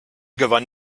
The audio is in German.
gewann